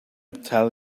tell